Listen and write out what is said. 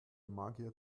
magier